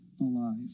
alive